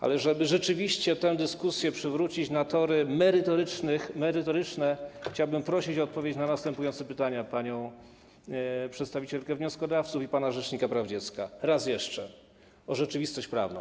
Ale żeby rzeczywiście tę dyskusję przywrócić na tory merytoryczne, chciałbym prosić o odpowiedź na następujące pytania panią przedstawicielkę wnioskodawców i pana rzecznika praw dziecka, raz jeszcze, o rzeczywistość prawną.